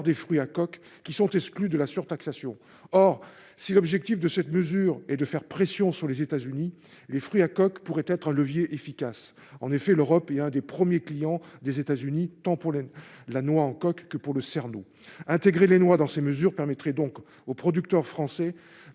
des fruits à coques qui sont exclus de la surtaxation, or si l'objectif de cette mesure et de faire pression sur les États-Unis, les fruits à coque pourrait être un levier efficace, en effet, l'Europe est un des premiers clients des États-Unis, tant pour la noix en coque que pour le CERN ou intégrer les noix, dans ces mesures permettraient donc aux producteurs français